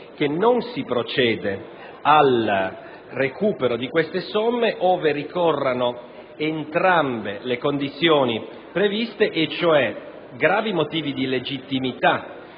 che non si procede al recupero di queste somme ove ricorrano entrambe le condizioni previste, e cioè gravi motivi di illegittimità